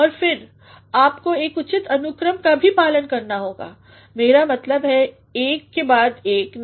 और फिर आपको एकउचित अनुक्रम का भी पालन करना होगा मेरा मतलब एक के बाद एक नहीं